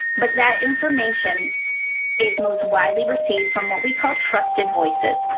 but that information is most widely received from what we call trusted voices.